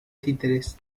títeres